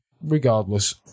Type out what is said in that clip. regardless